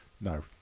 No